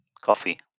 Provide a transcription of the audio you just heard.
Coffee